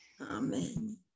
Amen